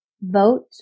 Vote